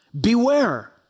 Beware